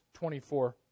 24